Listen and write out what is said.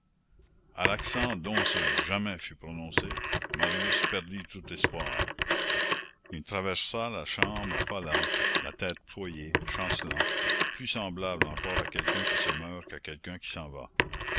à l'accent dont ce jamais fut prononcé marius perdit tout espoir il traversa la chambre à pas lents la tête ployée chancelant plus semblable encore à quelqu'un qui se meurt qu'à quelqu'un qui s'en va